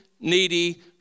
needy